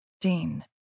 Dean